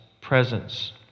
presence